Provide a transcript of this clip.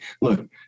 look